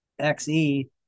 XE